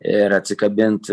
ir atsikabint